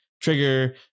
trigger